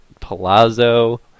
Palazzo